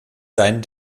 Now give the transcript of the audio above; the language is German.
sein